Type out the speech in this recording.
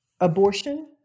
abortion